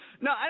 No